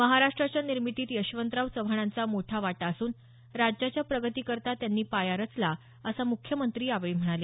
महाराष्ट्राच्या निर्मितीत यशवंतराव चव्हाणांचा मोठा वाटा असून राज्याच्या प्रगतीकरता त्यांनी पाया रचला असं मुख्यमंत्री यावेळी म्हणाले